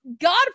God